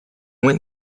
went